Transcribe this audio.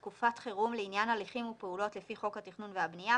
תקופת חירום לעניין הליכים ופעולות לפי חוק התכנון והבנייה,